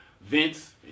Vince